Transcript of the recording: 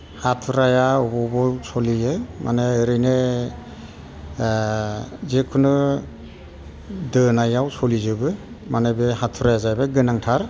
हाथुराया जेरावबो सोलियो माने ओरैनो जिकुनु दोनायाव सलिजोबो माने बे हाथुराया जाहैबाय गोनांथार